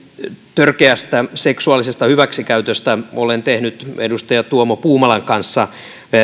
törkeästä seksuaalisesta hyväksikäytöstä olen tehnyt edustaja tuomo puumalan kanssa